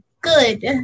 good